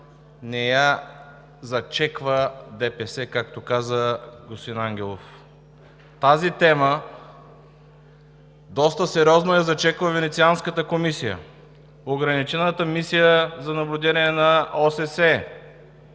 не я зачеква ДПС, както каза господин Ангелов, темата доста сериозно я зачекват Венецианската комисия, ограничената мисия за наблюдение на ОССЕ,